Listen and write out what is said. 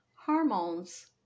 hormones